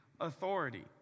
authority